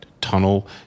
tunnel